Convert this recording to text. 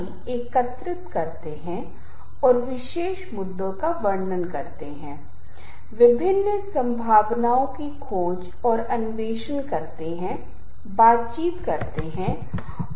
ध्वनि और निश्चित रूप से मौन हमारे जीवन में बहुत महत्वपूर्ण हैं और ध्वनि और मौन एक ऐसी चीज है जो एक साथ मिलकर तय करते हैं कि किस चीज़ को संगीत कहा जा सकता है और किस चीज़ को शोर कहा जा सकता है